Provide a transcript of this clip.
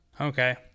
Okay